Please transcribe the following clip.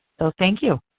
so thank you.